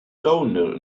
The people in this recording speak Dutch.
toner